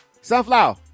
Sunflower